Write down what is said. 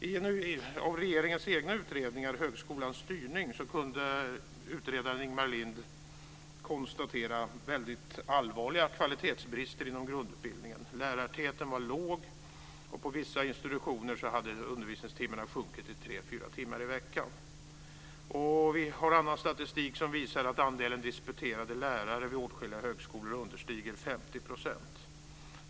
I en av regeringens egna utredningar, Högskolans styrning, kunde utredaren Ingemar Lind konstatera väldigt allvarliga kvalitetsbrister inom grundutbildningen. Lärartätheten var låg, och på vissa institutioner hade undervisningstimmarna sjunkit till tre fyra timmar i veckan. Annan statistik visar att andelen disputerade lärare vid åtskilliga högskolor understiger 50 %.